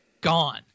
gone